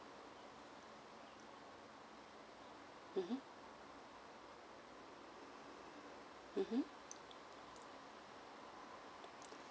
mmhmm mmhmm